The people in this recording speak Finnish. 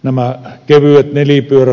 nämä jolla nelipyörä